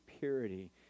purity